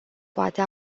poate